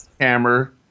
hammer